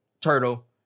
turtle